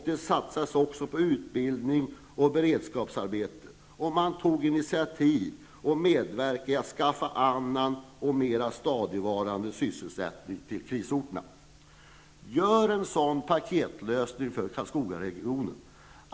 Det satsades också på utbildning och beredskapsarbeten, och man tog initiativ till att skaffa annan och mer stadigvarande sysselsättning till krisorterna. Gör en sådan paketlösning för Karlskogaregionen!